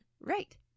Right